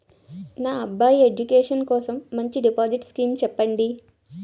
నా అబ్బాయి ఎడ్యుకేషన్ కోసం మంచి డిపాజిట్ స్కీం చెప్పండి